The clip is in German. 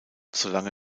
solange